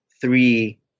three